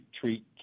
treat